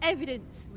Evidence